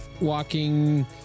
walking